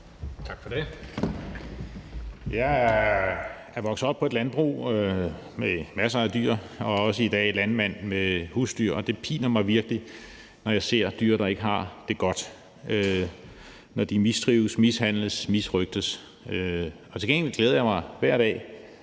Tak for det. Jeg er vokset op på et landbrug med masser af dyr og er også i dag landmand med husdyr, og det piner mig virkelig, når jeg ser dyr, der ikke har det godt, altså når de mistrives, mishandles og misrøgtes. Til gengæld glæder jeg mig hver dag